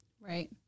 Right